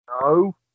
No